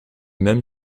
même